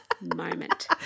moment